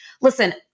listen